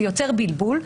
זה יוצר בלבול.